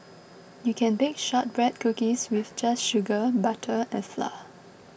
you can bake Shortbread Cookies with just sugar butter and flour